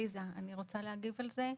רוצה להגיב על זה.